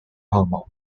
hormone